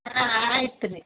ಹಾಂ ಆಯಿತು ರೀ